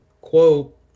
quote